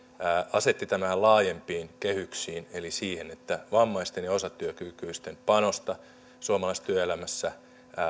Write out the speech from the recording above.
asetti tämän laajempiin kehyksiin eli siihen että vammaisten ja osatyökykyisten panosta suomalaisessa työelämässä